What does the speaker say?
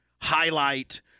highlight